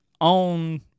on